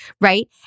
right